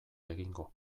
egingo